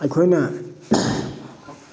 ꯑꯩꯈꯣꯏꯅ